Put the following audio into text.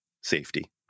safety